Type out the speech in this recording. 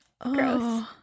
Gross